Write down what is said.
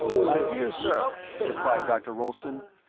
my dear sir, replied dr. rolleston,